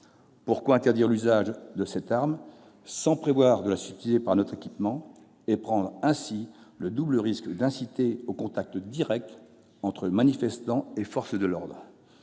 Pourquoi interdire l'usage de cette arme sans prévoir de la substituer par un autre équipement et prendre ainsi le double risque d'inciter au contact direct entre les manifestants et les forces de l'ordre